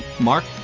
Mark